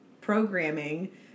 programming